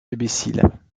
imbécile